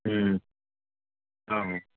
ہوں ہاں